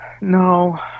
No